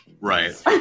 right